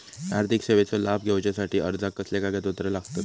आर्थिक सेवेचो लाभ घेवच्यासाठी अर्जाक कसले कागदपत्र लागतत?